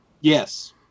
Yes